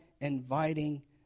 inviting